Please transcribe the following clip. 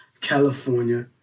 California